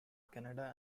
canada